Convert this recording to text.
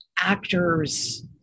actors